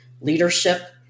leadership